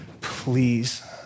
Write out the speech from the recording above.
please